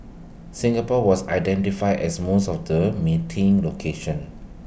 Singapore was identified as most of the meeting locations